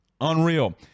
unreal